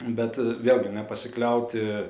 bet vėlgi nepasikliauti